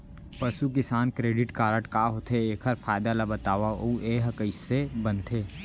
पसु किसान credit card का होथे, एखर फायदा ला बतावव अऊ एहा कइसे बनथे?